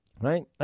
right